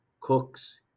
cooks